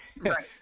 Right